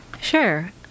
Sure